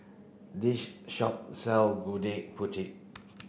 this shop sell Gudeg Putih